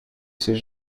s’est